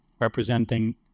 representing